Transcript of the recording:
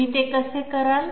तुम्ही ते कसे कराल